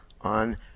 on